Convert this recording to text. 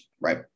right